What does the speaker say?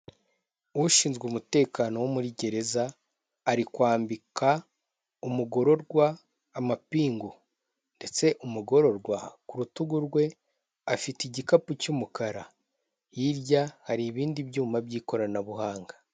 Ushinzwe umutekano wo muri gereza, ari kwambika umugororwa amapingu. Ndetse umugororwa ku rutugu rwe afite igikapu cy'umukara, hirya hari ibindi byuma by'ikoranabuhanga.